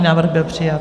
Návrh byl přijat.